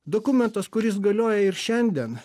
dokumentas kuris galioja ir šiandien